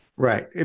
Right